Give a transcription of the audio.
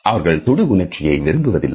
அவர்கள் தொடு உணர்ச்சியை விரும்புவதில்லை